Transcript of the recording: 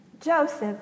Joseph